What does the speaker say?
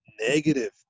negative